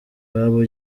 iwayo